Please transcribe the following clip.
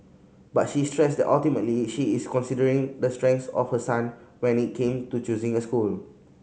but she stressed that ultimately she is considering the strengths of her son when it came to choosing a school